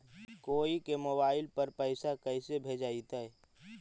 कोई के मोबाईल पर पैसा कैसे भेजइतै?